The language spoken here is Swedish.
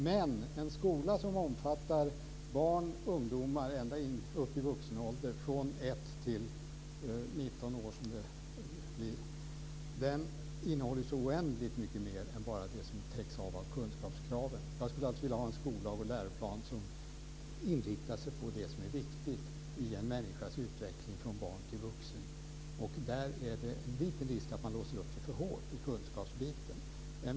Men en skola som omfattar elever ända upp till vuxen ålder, från 1 till 19 år, innehåller ju så oändligt mycket mer än bara det som täcks av kunskapskraven. Jag skulle alltså vilja ha en skollag och läroplan som inriktar sig på det som är viktigt i en människas utveckling från barn till vuxen. Där finns det en liten risk för att man låser upp sig för hårt i kunskapsbiten.